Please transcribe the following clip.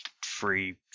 free